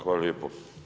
Hvala lijepo.